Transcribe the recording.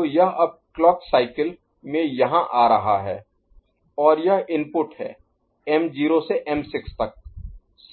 तो यह अब अगले क्लॉक साइकिल में यहाँ आ रहा है और यह इनपुट है m0 से m6 तक